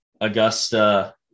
Augusta